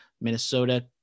Minnesota